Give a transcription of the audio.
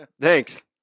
Thanks